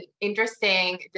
interesting